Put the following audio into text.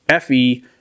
FE